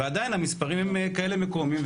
ועדיין המספרים הם כאלה מקוממים.